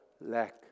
lack